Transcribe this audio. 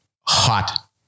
hot